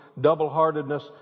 double-heartedness